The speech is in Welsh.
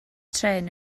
trên